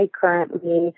currently